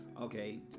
okay